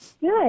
Good